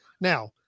Now